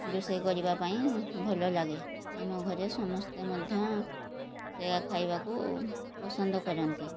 ରୋଷେଇ କରିବା ପାଇଁ ଭଲ ଲାଗେ ଆମ ଘରେ ସମସ୍ତେ ମଧ୍ୟ ସେ ଖାଇବାକୁ ପସନ୍ଦ କରନ୍ତି